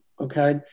okay